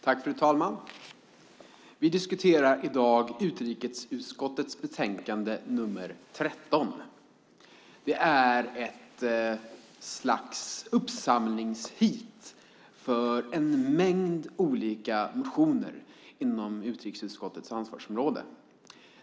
Fru talman! Vi diskuterar i dag utrikesutskottets betänkande nr 13. Det är ett slags uppsamlingsheat för en mängd olika motioner inom utrikesutskottets ansvarsområde.